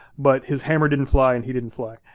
but his hammer didn't fly and he didn't fly.